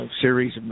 series